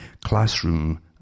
classroom